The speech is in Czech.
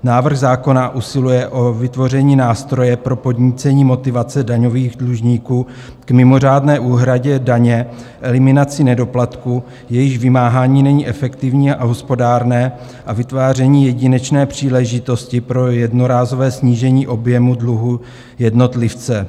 Návrh zákona usiluje o vytvoření nástroje pro podnícení motivace daňových dlužníků k mimořádné úhradě daně, eliminaci nedoplatků, jejichž vymáhání není efektivní a hospodárné, a vytváří jedinečné příležitosti pro jednorázové snížení objemu dluhu jednotlivce.